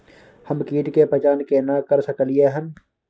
हम कीट के पहचान केना कर सकलियै हन?